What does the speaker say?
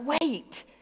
wait